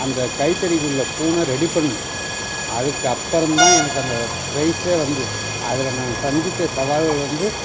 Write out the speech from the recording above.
அந்த கைத்தடிக்கு உள்ள பூண ரெடி பண்ணேன் அதுக்கு அப்புறம் தான் எனக்கு அந்த ப்ரைஸே வந்து அதில் நான் சந்தித்த சவால்கள் வந்து